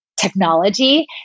technology